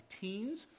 teens